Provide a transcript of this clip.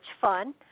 fun